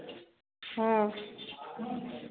हँ